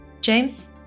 James